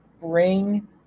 bring